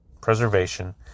preservation